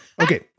Okay